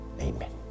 Amen